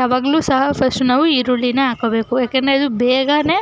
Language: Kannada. ಯಾವಾಗಲೂ ಸಹ ಫಸ್ಟು ನಾವು ಈರುಳ್ಳಿಯೇ ಹಾಕ್ಕೊಳ್ಬೇಕು ಯಾಕೆಂದರೆ ಅದು ಬೇಗನೇ